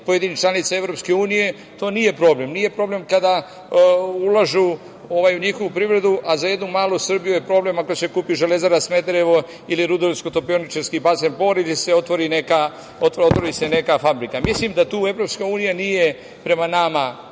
pojedinih članica EU, to nije problem. Nije problem kada ulažu u njihovu privredu, a za jednu malu Srbiju je problem ako se kupi Železara Smederevo ili Rudarsko-topioničarski basen Bor, ili da se otvori neka fabrika. Mislim da tu EU nije prema nama